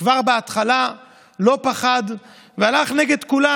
שכבר בהתחלה לא פחד והלך נגד כולם.